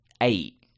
eight